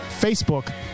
Facebook